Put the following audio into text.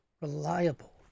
reliable